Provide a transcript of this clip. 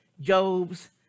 Job's